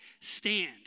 Stand